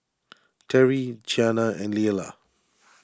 Terri Qiana and Leala